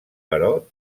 però